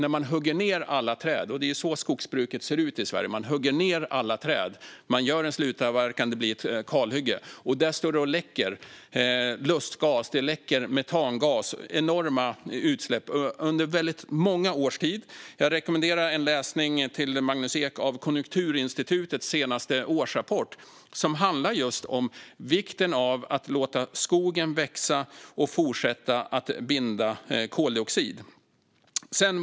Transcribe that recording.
I Sverige ser skogsbruket ut så att man hugger ned alla träd, gör en slutavverkan och skapar ett kalhygge. Det står sedan där och läcker lustgas och metangas; det är enorma utsläpp under väldigt många års tid. Jag rekommenderar Magnus Ek en läsning av Konjunkturinstitutets senaste årsrapport, som handlar just om vikten av att låta skogen växa och fortsätta att binda koldioxid.